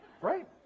right